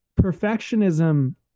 perfectionism